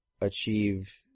achieve